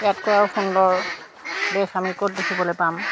ইয়াতকৈ আৰু সুন্দৰ দেশ আমি ক'ত দেখিবলৈ পাম